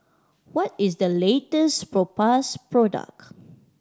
what is the latest Propass product